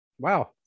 wow